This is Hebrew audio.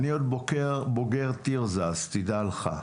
אני עוד בוגר תרזה, אז תדע לך.